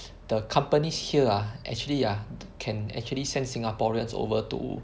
the companies here ah actually ah can actually send Singaporeans over to